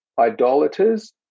idolaters